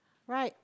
right